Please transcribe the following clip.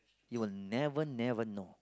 you'll never never know